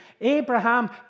Abraham